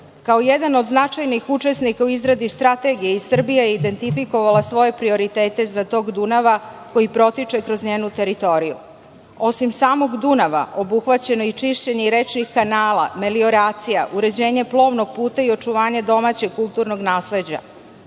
Kao jedan od značajnih učesnika u izradi strategije i Srbija je identifikovala svoje prioritete za tok Dunava koji protiče kroz njenu teritoriju. Osim samog Dunava obuhvaćeno je i čišćenje i rečnih kanala, melioracija, uređenje plovnog puta i očuvanje domaćeg kulturnog nasleđa,